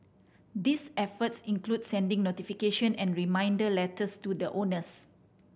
these efforts include sending notification and reminder letters to the owners